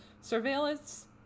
surveillance